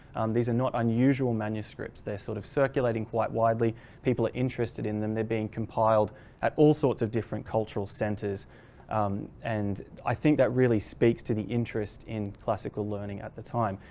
these are not unusual manuscripts they're sort of circulating quite widely people are interested in them they're being compiled at all sorts of different cultural centers and i think that really speaks to the interest in classical learning at the time.